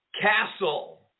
castle